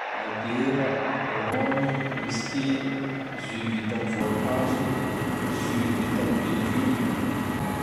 Lrbiera, Rhumy, whisky, jus vita am voakazo, jus vita am légume.